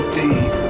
deep